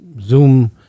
Zoom